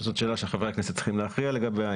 זאת שאלה שחברי הכנסת צריכים להכריע לגביה,